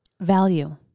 Value